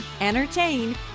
entertain